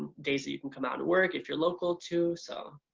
days that you can come out and work if you're local too. so